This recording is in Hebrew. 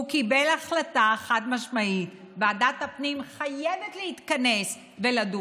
הוא קיבל החלטה חד-משמעית: ועדת הפנים חייבת להתכנס ולדון.